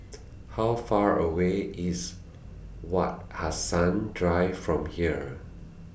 How Far away IS Wak Hassan Drive from here